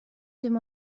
dim